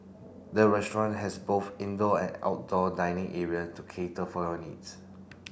the restaurant has both indoor and outdoor dining area to cater for your needs